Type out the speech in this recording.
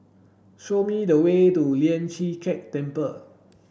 show me the way to Lian Chee Kek Temple